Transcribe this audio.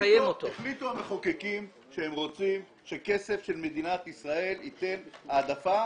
החליטו המחוקקים שהם רוצים שכסף של מדינת ישראל ייתן העדפה